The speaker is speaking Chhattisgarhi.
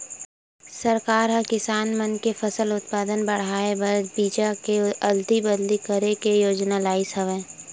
सरकार ह किसान मन के फसल उत्पादन ल बड़हाए बर बीजा के अदली बदली करे के योजना लइस हवय